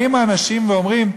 באים האנשים ואומרים: